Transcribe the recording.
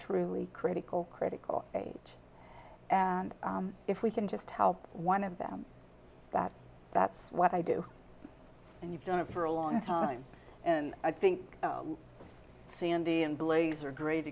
truly critical critical age and if we can just help one of them that that's what i do and you've done it for a long time and i think sandy and blaze are great